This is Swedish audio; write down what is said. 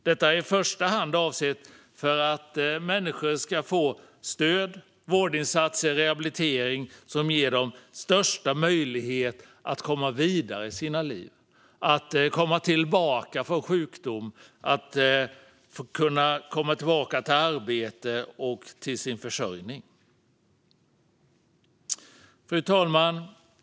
Detta är i första hand avsett för att människor ska få stöd, vårdinsatser och rehabilitering som ger dem största möjlighet att komma vidare i sina liv, att komma tillbaka från sjukdom och att komma tillbaka till arbete och försörjning. Fru talman!